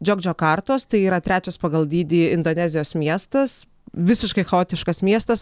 džok džokartos tai yra trečias pagal dydį indonezijos miestas visiškai chaotiškas miestas